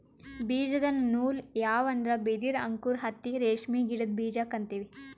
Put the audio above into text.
ಬೀಜದ ನೂಲ್ ಯಾವ್ ಅಂದ್ರ ಬಿದಿರ್ ಅಂಕುರ್ ಹತ್ತಿ ರೇಷ್ಮಿ ಗಿಡದ್ ಬೀಜಕ್ಕೆ ಅಂತೀವಿ